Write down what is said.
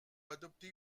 adopter